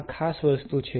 આ ખાસ વસ્તુ છે